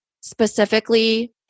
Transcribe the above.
specifically